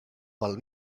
pel